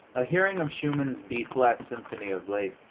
a hearing of schumann's b flat symphony of late,